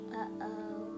uh-oh